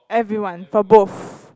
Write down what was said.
everyone for both